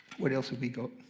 what else have we got?